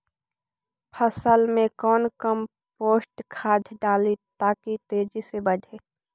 फसल मे कौन कम्पोस्ट खाद डाली ताकि तेजी से बदे?